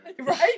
Right